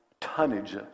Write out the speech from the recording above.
tonnage